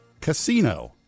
Casino